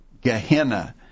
Gehenna